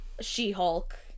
She-Hulk